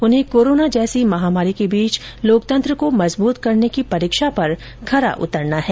उन्हें कोरोना जैसी महामारी के बीच लोकतंत्र को मजबूत करने की परीक्षा पर खरा उतरना है